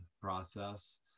process